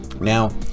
Now